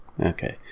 Okay